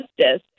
Justice